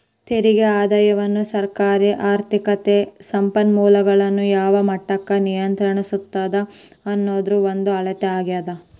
ತೆರಿಗೆ ಆದಾಯವನ್ನ ಸರ್ಕಾರ ಆರ್ಥಿಕತೆ ಸಂಪನ್ಮೂಲಗಳನ್ನ ಯಾವ ಮಟ್ಟಕ್ಕ ನಿಯಂತ್ರಿಸ್ತದ ಅನ್ನೋದ್ರ ಒಂದ ಅಳತೆ ಆಗ್ಯಾದ